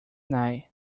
night